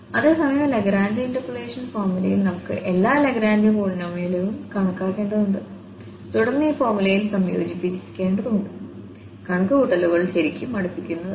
അതേസമയം Lagrange interpolation ഫോർമുലയിൽ നമുക്ക് എല്ലാ ലഗ്രാഞ്ച് പോളിനോമിയലുകളും കണക്കാക്കേണ്ടതുണ്ട് തുടർന്ന് ഈ ഫോർമുലയിൽ സംയോജിപ്പിക്കേണ്ടതുണ്ട് കണക്കുകൂട്ടലുകൾ ശരിക്കും മടുപ്പിക്കുന്നതായിരുന്നു